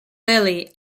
lilly